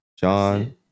John